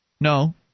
No